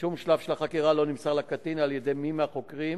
בשום שלב של החקירה לא נמסר לקטין על-ידי מי מהחוקרים